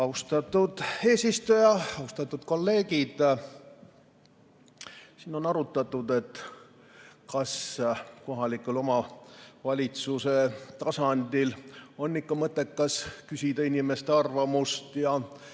Austatud eesistuja! Austatud kolleegid! Siin on arutatud, kas kohaliku omavalitsuse tasandil on ikka mõttekas küsida inimeste arvamust ja